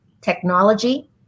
technology